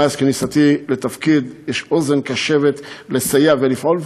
מאז כניסתי לתפקיד יש אוזן קשבת לסייע ולפעול,